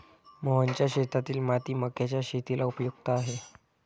मोहनच्या शेतातील माती मक्याच्या शेतीला उपयुक्त आहे